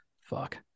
Fuck